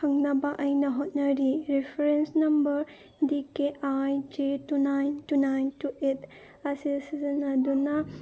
ꯈꯪꯅꯕ ꯑꯩꯅ ꯍꯣꯠꯅꯔꯤ reference number D K I J two nine two nine two eight ꯑꯁꯤ ꯁꯤꯖꯤꯟꯅꯗꯨꯅ